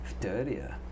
dirtier